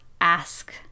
ask